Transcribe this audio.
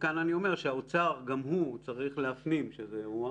מכאן אני אומר שהאוצר גם הוא צריך להפנים שזה אירוע